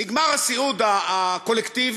נגמר הסיעוד הקולקטיבי,